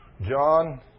John